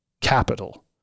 capital